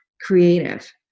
creative